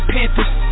Panthers